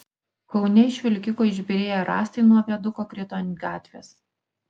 kaune iš vilkiko išbyrėję rąstai nuo viaduko krito ant gatvės